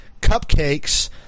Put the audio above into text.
cupcakes